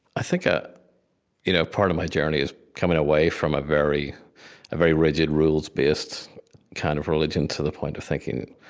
i think ah you know part of my journey is coming away from a very very rigid, rules-based kind of religion to the point of thinking